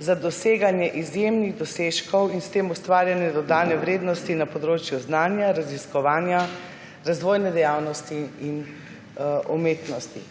za doseganje izjemnih dosežkov in s tem ustvarjanje dodane vrednosti na področju znanja, raziskovanja, razvojne dejavnosti in umetnosti.«